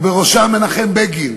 ובראשם מנחם בגין,